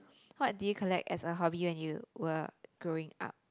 what do you collect as a hobby when you were growing up